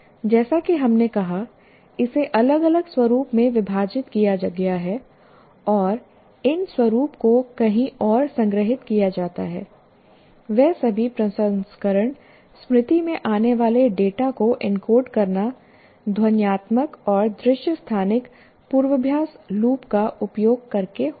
जैसा कि हमने कहा इसे अलग अलग स्वरूप में विभाजित किया गया है और इन स्वरूप को कहीं और संग्रहीत किया जाता है वह सभी प्रसंस्करण स्मृति में आने वाले डेटा को एन्कोड करना ध्वन्यात्मक और दृश्य स्थानिक पूर्वाभ्यास लूप का उपयोग करके होता है